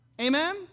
Amen